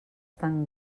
tan